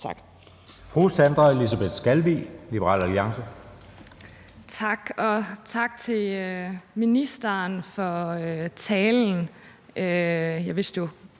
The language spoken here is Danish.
Tak.